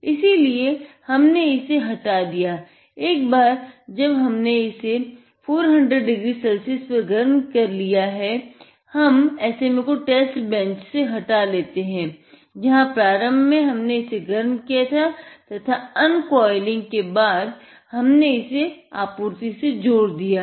इसीलिए हमने इसे हटा दिया है एक बार जब हमने इसे 400 डिग्री सेल्सियस पर गर्म कर लिया है हम SMA को टेस्ट बेंच के बाद हमने इसे आपूर्ति से जोड़ दिया है